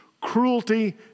cruelty